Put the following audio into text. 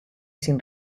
sin